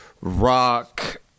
rock